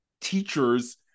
teachers